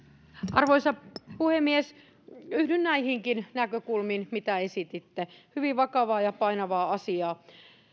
arvoisa puhemies yhdyn näihinkin näkökulmiin mitä esititte hyvin vakavaa ja painavaa asiaa